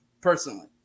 personally